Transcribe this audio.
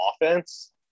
offense